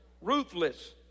ruthless